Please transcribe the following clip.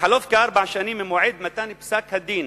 בחלוף כארבע שנים ממועד מתן פסק הדין